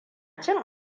cin